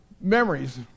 memories